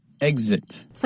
exit